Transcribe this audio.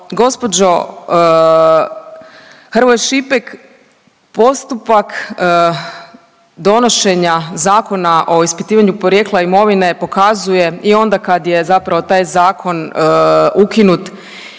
gospođo Hrvoj Šipek postupak donošenja Zakona o ispitivanju porijekla imovine pokazuje i onda kad je zapravo taj zakon ukinut